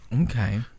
Okay